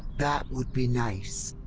that would be nice.